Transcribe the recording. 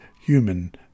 human